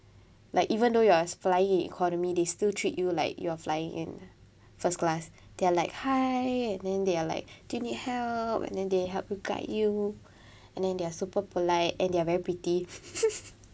like even though you are flying economy they still treat you like you are flying in first class they are like hi and then they are like do you need help and then they help to guide you and then they are super polite and they are very pretty